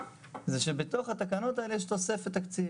היא שבתוך התקנות האלה יש תוספת תקציב.